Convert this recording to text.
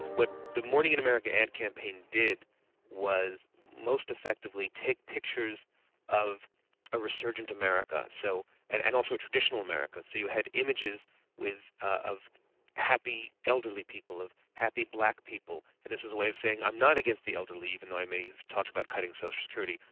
what the morning in america ad campaign did was most effectively take pictures of a resurgent america, so and and also traditional america, so you had images of happy, elderly people, of happy black people, and this is a way of saying i'm not against the elderly, even though i may talk about cutting social security.